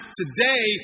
today